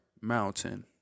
mountain